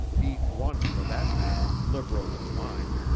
each one, for that matter, liberal in mind,